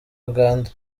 uganda